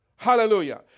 Hallelujah